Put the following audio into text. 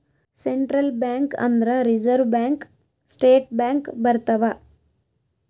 central bank ಅಂದ್ರ reserve bank state bank ಬರ್ತವ